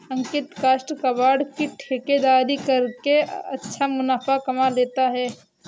अंकित काष्ठ कबाड़ की ठेकेदारी करके अच्छा मुनाफा कमा लेता है